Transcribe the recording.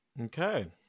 Okay